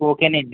ఓకేనండి